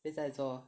现在做